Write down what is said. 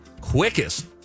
quickest